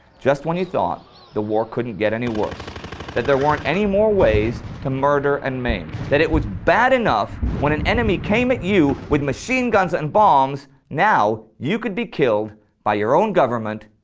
just when you thought the war couldn't get any worse that there weren't any more ways to murder and maim that it was bad enough when an enemy came at you with machine guns and bombs, now you could be killed by your own government,